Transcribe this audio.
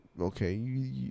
Okay